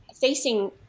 facing